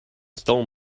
stole